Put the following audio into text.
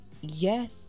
Yes